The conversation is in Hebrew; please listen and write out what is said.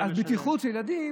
אז בטיחות של ילדים,